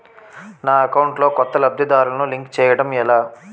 నా అకౌంట్ లో కొత్త లబ్ధిదారులను లింక్ చేయటం ఎలా?